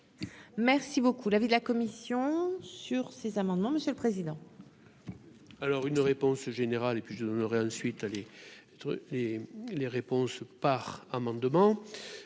Merci beaucoup, l'avis de la commission sur ces amendements, monsieur le président.